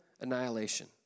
annihilation